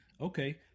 Okay